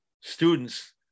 students